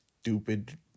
stupid